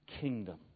kingdom